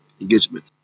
engagement